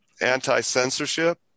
anti-censorship